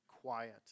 quiet